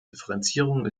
differenzierung